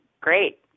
great